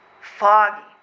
foggy